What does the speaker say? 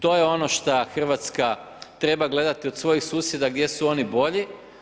To je ono šta Hrvatska treba gledati od svojih susjeda gdje su oni bolji.